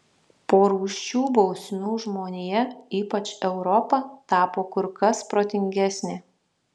po rūsčių bausmių žmonija ypač europa tapo kur kas protingesnė